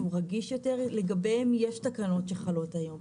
רגיש יותר לגביהם יש תקנות שחלות היום,